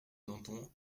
danton